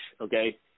okay